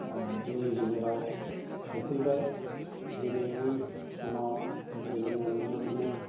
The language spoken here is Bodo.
जोंनि गेजेराव सौफैबाय दिनैनि समाव जे जोङो नुनो मोनो